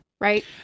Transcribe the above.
right